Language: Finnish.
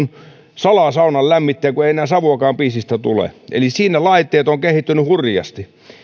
salaa saunan lämmittäjä kun ei enää savuakaan piisistä tule eli siinä laitteet ovat kehittyneet hurjasti